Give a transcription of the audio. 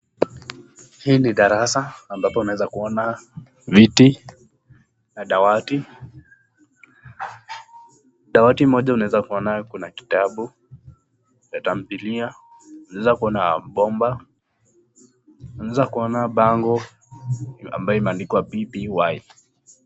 hii ni darasa ambapo unawezakuona viti na dawati, dawati moja unawezakuwanayo kuna kitabu za tamdhilia unaweza kuona mbango ambayo zimeandikwa ppy.